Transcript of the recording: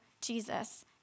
Jesus